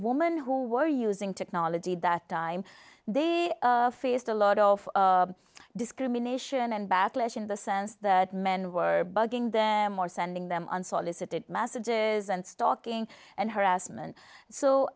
women who were using technology that time they faced a lot of discrimination and bad leisure in the sense that men were bugging them or sending them unsolicited messages and stalking and harassment so